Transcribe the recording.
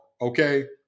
okay